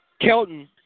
Kelton